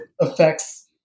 affects